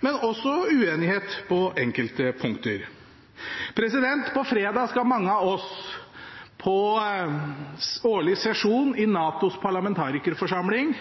men også uenighet på enkelte punkter. På fredag skal mange av oss på årlig sesjon i NATOs parlamentarikerforsamling,